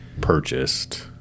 purchased